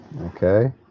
Okay